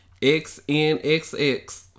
XNXX